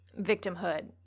victimhood